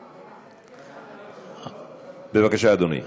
בבקשה, אדוני.